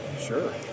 sure